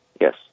Yes